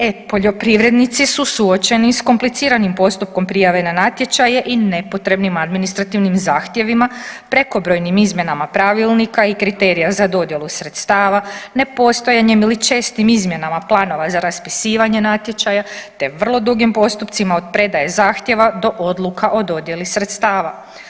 E poljoprivrednici su suočeni sa kompliciranim postupkom prijave na natječaje i nepotrebnim administrativnim zahtjevima, prekobrojnim izmjenama pravilnika i kriterija za dodjelu sredstava, nepostojanjem ili čestim izmjenama planova za raspisivanje natječaja, te vrlo dugim postupcima od predaje zahtjeva do odluka o dodjeli sredstava.